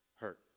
hurt